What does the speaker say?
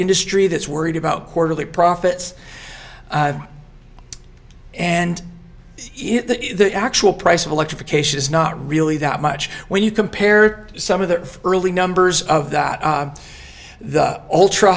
industry that's worried about quarterly profits and the actual price of electrification is not really that much when you compare some of the early numbers of that the ultra